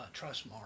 Trustmark